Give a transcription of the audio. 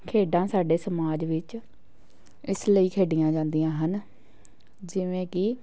ਖੇਡਾਂ ਸਾਡੇ ਸਮਾਜ ਵਿੱਚ ਇਸ ਲਈ ਖੇਡੀਆਂ ਜਾਂਦੀਆਂ ਹਨ ਜਿਵੇਂ ਕਿ